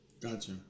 Gotcha